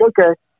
okay